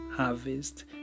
Harvest